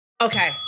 Okay